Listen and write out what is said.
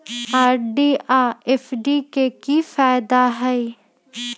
RD आ FD के कि फायदा हई?